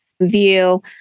view